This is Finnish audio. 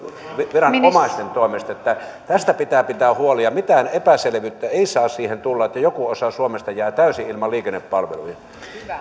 viranomaisten toimesta tästä pitää pitää huoli ja mitään epäselvyyttä ei saa siihen tulla että joku osa suomesta jää täysin ilman liikennepalveluja